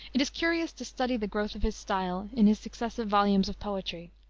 it is curious to study the growth of his style in his successive volumes of poetry.